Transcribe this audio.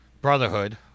Brotherhood